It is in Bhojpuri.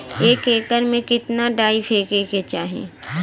एक एकड़ में कितना डाई फेके के चाही?